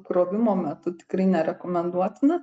krovimo metu tikrai nerekomenduotina